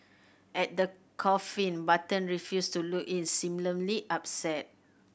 at the coffin Button refused to look in seemingly upset